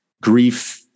Grief